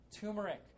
Turmeric